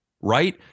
right